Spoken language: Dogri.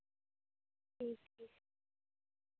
ठीक ऐ